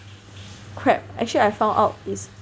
crap actually I found out is